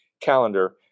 calendar